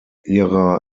ihrer